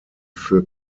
für